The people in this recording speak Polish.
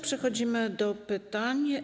Przechodzimy do pytań.